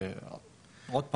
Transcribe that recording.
כי,